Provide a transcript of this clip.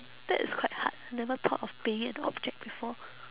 that is quite hard never thought of being an object before